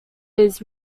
his